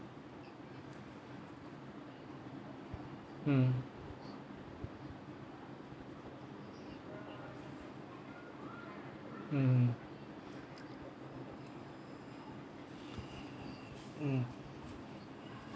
mm mm mm